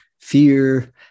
Fear